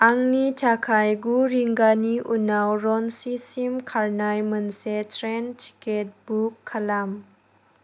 आंनि थाखाय गु रिंगानि उनाव रन्चिसिम खारनाय मोनसे ट्रेन टिकेट बुक खालाम